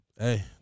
hey